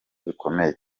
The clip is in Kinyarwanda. bikomeye